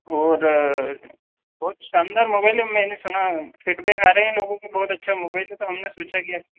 और बहुत शानदार मोबाइल है मैंने सुना फीडबैक आ रहे हैं लोगों के बहुत अच्छा मोबाइल है तो हमने सोचा कि आपकी